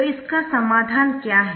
तो इसका समाधान क्या है